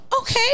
Okay